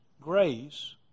grace